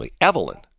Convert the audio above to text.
Evelyn